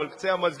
על קצה המזלג,